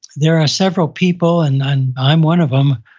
there are several people, and and i'm one of them,